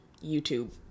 YouTube